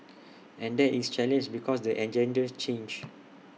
and that is challenge because the agendas change